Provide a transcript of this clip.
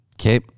Okay